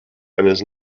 eines